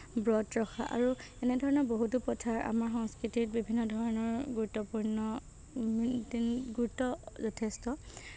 ব্ৰত ৰখা আৰু এনেধৰণৰ বহুতো প্ৰথা আমাৰ সংস্কৃতিত বিভিন্ন ধৰণৰ গুৰুত্বপূৰ্ণ গুৰুত্ব যথেষ্ট